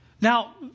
Now